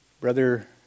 Brother